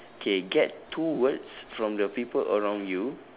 okay get two words from the people around you